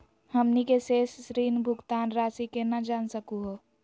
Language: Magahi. हमनी के शेष ऋण भुगतान रासी केना जान सकू हो?